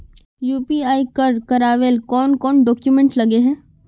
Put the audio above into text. UPI कर करावेल कौन कौन डॉक्यूमेंट लगे है?